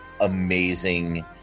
amazing